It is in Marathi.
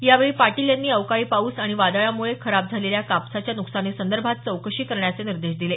यावेळी पाटील यांनी अवकाळी पाऊस आणि वादळामुळे खराब झालेल्या कापसाच्या नुकसानीसंदर्भात चौकशी करण्याचे निर्देश दिले